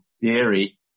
Theory